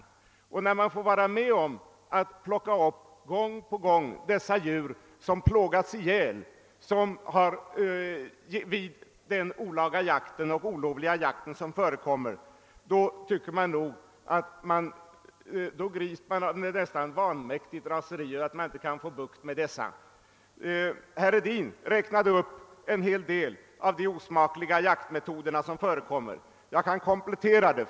När man gång på gång får vara med om att plocka upp djur som plågats ihjäl vid olovlig jakt grips man av ett nästan vanmäktigt raseri över att man inte kan få bukt med dessa personer. Herr Hedin räknade upp en hel del av de osmakliga jaktmetoder som används. Jag kan komplettera denna uppräkning.